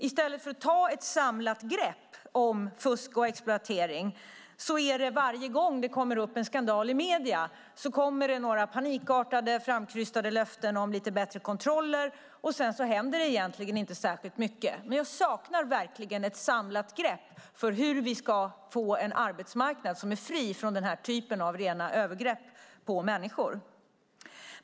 I stället för att ta ett samlat grepp om fusk och exploatering kommer det varje gång en skandal dyker upp i medierna några panikartade framkrystade löften om lite bättre kontroller, och sedan händer egentligen inte särskilt mycket. Jag saknar ett samlat grepp om hur vi ska få en arbetsmarknad som är fri från den typen av rena övergrepp på människor.